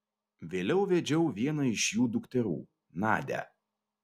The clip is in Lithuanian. vėliau vedžiau vieną iš jų dukterų nadią